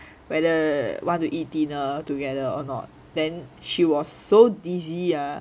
whether want to eat dinner together or not then she was so dizzy